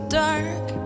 dark